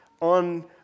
on